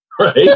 right